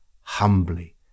humbly